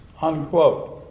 unquote